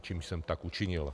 Čímž jsem tak učinil.